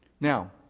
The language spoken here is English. Now